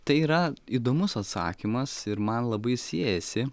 tai yra įdomus atsakymas ir man labai siejasi